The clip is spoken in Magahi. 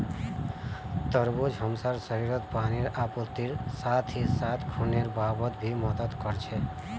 तरबूज हमसार शरीरत पानीर आपूर्तिर साथ ही साथ खूनेर बहावत भी मदद कर छे